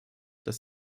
dass